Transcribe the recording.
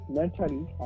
mentally